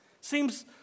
Seems